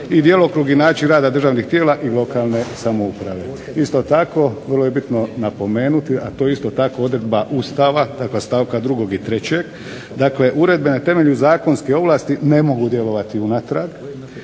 i djelokrug i način rada državnih tijela i lokalne samouprave. Isto tako vrlo je bitno napomenuti, a to isto tako odredba Ustava dakle stavka 2. i 3. dakle uredbe na temelju zakonske ovlasti ne mogu djelovati unatrag